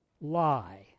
lie